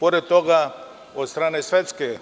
Pored toga od strane Svetske